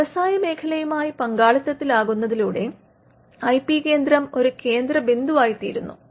വ്യസായമേഖലയുമായി പങ്കാളിത്തത്തിലാകുന്നതിലൂടെ I P കേന്ദ്രം ഒരു കേന്ദ്ര ബിന്ദുവായി തീരുന്നു